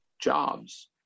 jobs